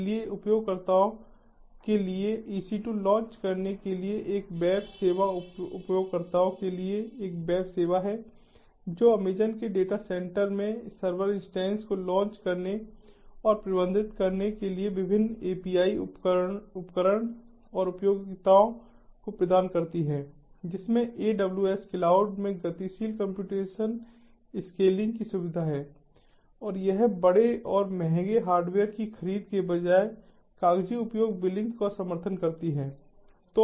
इसलिए उपयोगकर्ताओं के लिए EC2 लॉन्च करने के लिए एक वेब सेवा उपयोगकर्ताओं के लिए एक वेब सेवा है जो अमेज़ॅन के डेटासेंटर में सर्वर इंस्टेंस को लॉन्च करने और प्रबंधित करने के लिए यह विभिन्न एपीआई उपकरण और उपयोगिताओं को प्रदान करती है जिसमें AWS क्लाउड में गतिशील कम्प्यूटेशन स्केलिंग की सुविधा है और यह बड़े और महंगे हार्डवेयर की खरीद के बजाय कागजी उपयोग बिलिंग का समर्थन करता है